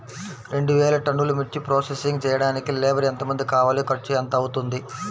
రెండు వేలు టన్నుల మిర్చి ప్రోసెసింగ్ చేయడానికి లేబర్ ఎంతమంది కావాలి, ఖర్చు ఎంత అవుతుంది?